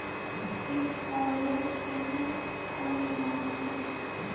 ईद पर्वेर केते कोई लोन छे?